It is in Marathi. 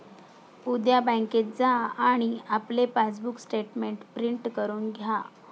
उद्या बँकेत जा आणि आपले पासबुक स्टेटमेंट प्रिंट करून घ्या